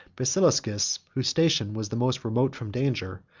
basiliscus, whose station was the most remote from danger,